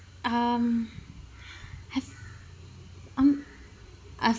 um have um I've